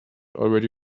already